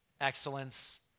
excellence